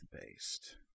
based